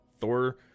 Thor